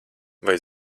vai